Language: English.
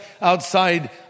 outside